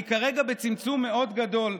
אני כרגע בצמצום מאוד גדול,